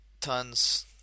tons